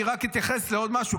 אני רק אתייחס לעוד משהו,